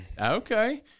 Okay